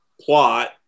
plot